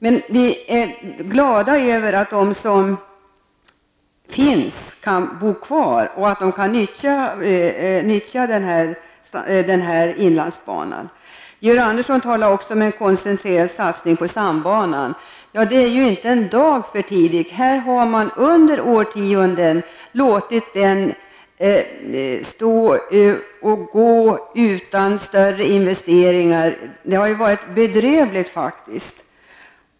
Men vi är glada över att de som finns där kan bo kvar och att de kan nyttja inlandsbanan. Georg Andersson talar också om en koncentrerad satsning på stambanan. Ja, det är inte en dag för tidigt. Här har man under årtionden låtit den stå utan större investeringar. Det har varit bedrövligt, faktiskt.